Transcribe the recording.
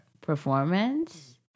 performance